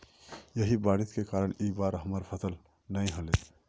यही बारिश के कारण इ बार हमर फसल नय होले?